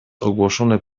ogłoszone